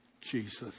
Jesus